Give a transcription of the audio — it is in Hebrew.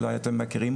אולי אתם מכירים,